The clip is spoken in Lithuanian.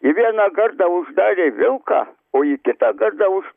į vieną gardą uždarė vilką o į kitą gardą už